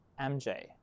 MJ